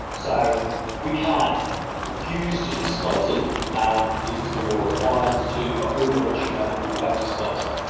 so we can't refuse to disclose it um because the law requires us to, but we will let you know that we have disclosed it.